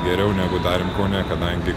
geriau negu darėm kaune kadangi